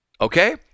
Okay